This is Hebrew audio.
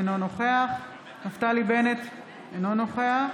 אינו נוכח נפתלי בנט, אינו נוכח